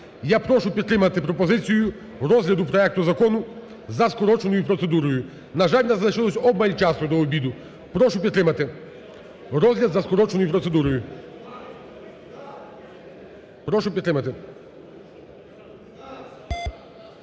Я прошу підтримати пропозицію розгляду проект закону за скороченою процедурою. На жаль, в нас залишилося обмаль часу до обіду. Прошу підтримати розгляд за скороченою процедурою. Прошу підтримати.